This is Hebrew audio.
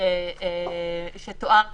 שתואר כאן,